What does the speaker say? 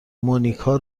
مونیکا